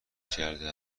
کرده